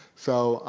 so